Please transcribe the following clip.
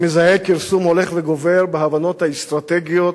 אני מזהה כרסום הולך וגובר בהבנות האסטרטגיות